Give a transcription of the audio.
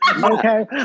Okay